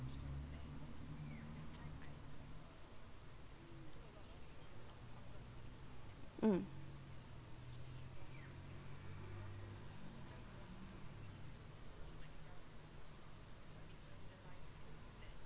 mm